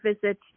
visit